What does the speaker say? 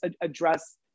address